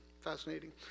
Fascinating